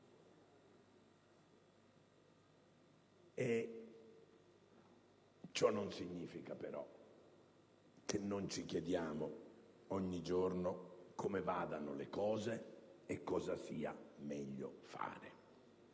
Ciò non significa, però, che non ci chiediamo ogni giorno come vadano le cose e cosa sia meglio fare.